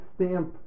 stamp